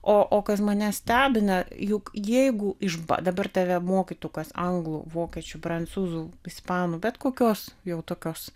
o o kas mane stebina juk jeigu išba dabar tave mokytų kas anglų vokiečių prancūzų ispanų bet kokios jau tokios